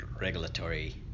regulatory